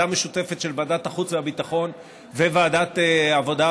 ועדה משותפת של ועדת החוץ והביטחון וועדת העבודה,